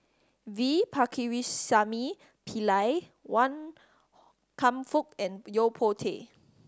V Pakirisamy Pillai Wan Kam Fook and Yo Po Tee